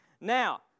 Now